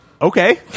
okay